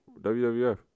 WWF